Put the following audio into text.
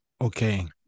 Okay